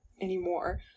anymore